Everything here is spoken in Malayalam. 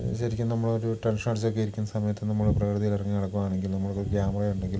ശരിക്കും നമ്മളൊരു ടെൻഷനടിച്ചൊക്കെ ഇരിക്കുന്ന സമയത്ത് നമ്മൾ പ്രകൃതിയിലിറങ്ങി നടക്കുകയാണെങ്കിൽ നമുക്കൊരു ക്യാമറ ഉണ്ടെങ്കിൽ